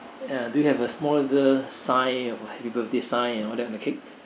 ah do you have a small little sign or happy birthday design and all that on the cake